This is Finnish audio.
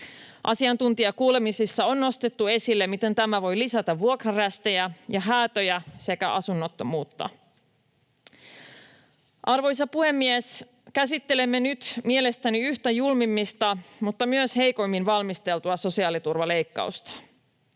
Asiantuntijakuulemisissa on nostettu esille, miten tämä voi lisätä vuokrarästejä ja häätöjä sekä asunnottomuutta. Arvoisa puhemies! Käsittelemme nyt mielestäni yhtä julmimmista mutta myös yhtä heikoimmin valmisteltua sosiaaliturvaleikkausta.